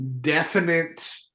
definite